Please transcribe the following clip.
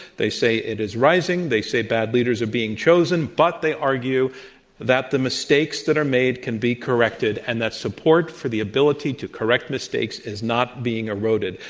they say it is rising. they say bad leaders are being chosen. but they argue fiercely that the mistakes that are made can be corrected and that support for the ability to correct mistakes is not being eroded,